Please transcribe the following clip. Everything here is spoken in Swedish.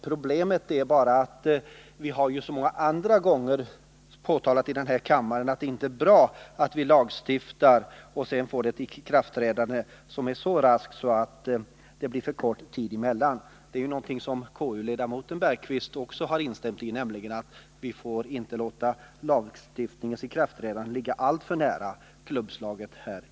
Problemet är bara att vi så många andra gånger i denna kammare har påtalat att det inte är bra att vi lagstiftar med ett ikraftträdande som ligger alltför nära klubbslaget här i kammaren. Det är någonting som Jan Bergqvist i egenskap av ledamot av konstitutionsutskottet också har instämt i.